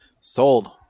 Sold